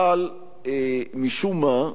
אבל משום מה,